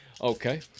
Okay